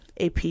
ap